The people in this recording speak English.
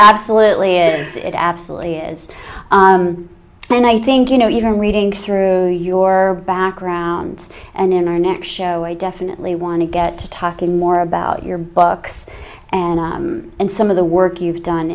absolutely is it absolutely is and i think you know even reading through your background and in our next show i definitely want to get to talking more about your books and and some of the work you've done